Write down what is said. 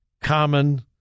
common